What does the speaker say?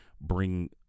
bring